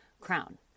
crown